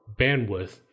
bandwidth